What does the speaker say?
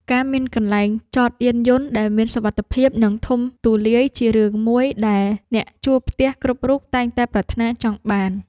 ការមានកន្លែងចតយានយន្តដែលមានសុវត្ថិភាពនិងធំទូលាយជារឿងមួយដែលអ្នកជួលផ្ទះគ្រប់រូបតែងតែប្រាថ្នាចង់បាន។